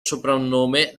soprannome